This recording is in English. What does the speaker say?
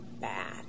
bad